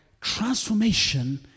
Transformation